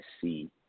see